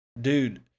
dude